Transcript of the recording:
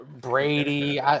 Brady